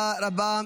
תודה רבה.